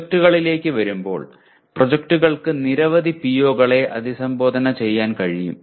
പ്രോജക്റ്റുകളിലേക്ക് വരുമ്പോൾ പ്രോജക്റ്റുകൾക്ക് നിരവധി PO കളെ അഭിസംബോധന ചെയ്യാൻ കഴിയും